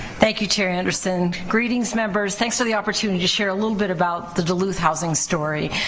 thank you chair anderson. greetings members. thanks for the opportunity to share a little bit about the duluth housing story.